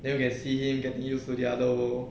then you can see him getting use to the other world